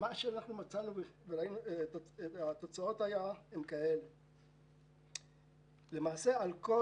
התוצאות הן שעל כל